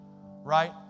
right